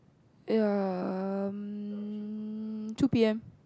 um two P_M